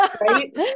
Right